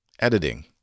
editing